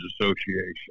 association